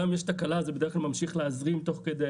גם אם יש תקלה אז זה בדרך כלל ממשיך להזרים תוך כדי,